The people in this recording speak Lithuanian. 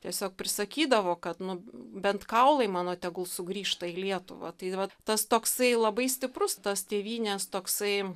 tiesiog prisakydavo kad bent kaulai mano tegul sugrįžta į lietuvą tai vat tas toksai labai stiprus tos tėvynės toksai